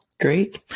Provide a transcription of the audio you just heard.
Great